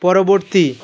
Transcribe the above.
পরবর্তী